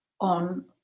on